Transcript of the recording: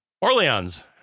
Orleans